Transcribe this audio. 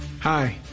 Hi